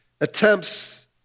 attempts